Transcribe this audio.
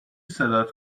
صدات